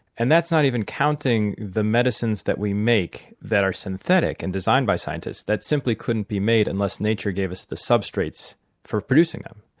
and that's not even counting the medicines that we make that are synthetic and are designed by scientists that simply couldn't be made unless nature gave us the substrates for producing them.